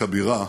הכבירה